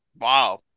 wow